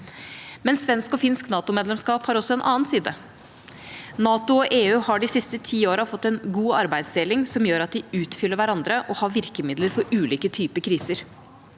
Men svensk og finsk NATO-medlemskap har også en annen side. NATO og EU har de siste ti årene fått en god arbeidsdeling som gjør at de utfyller hverandre og har virkemidler for ulike typer kriser.